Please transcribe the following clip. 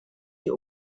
die